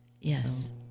Yes